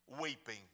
weeping